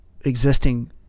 existing